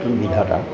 বিধাতা